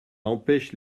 empêche